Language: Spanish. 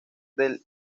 del